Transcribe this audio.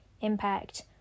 impact